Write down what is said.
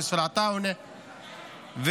יוסף עטאונה וכסיף.